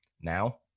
Now